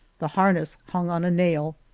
the har ness hung on a nail,